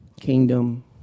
kingdom